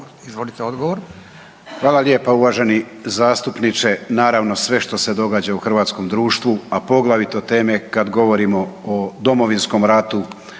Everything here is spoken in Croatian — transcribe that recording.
Tomo (HDZ)** Hvala lijepa, uvaženi zastupniče. Naravno, sve što se događa u hrvatskom društvu a poglavito teme kad govorimo o Domovinskom ratu